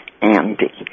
Andy